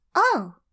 Oh